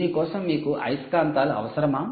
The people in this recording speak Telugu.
దీని కోసం మీకు అయస్కాంతాలు అవసరమా